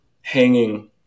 hanging